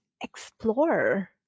explore